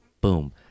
boom